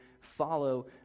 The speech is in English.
Follow